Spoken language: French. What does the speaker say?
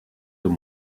deux